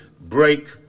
break